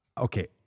okay